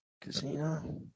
casino